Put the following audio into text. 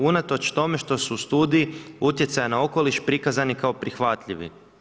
Unatoč tome što su u studiji utjecaja na okoliš prikazani kao prihvatljivi.